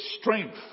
strength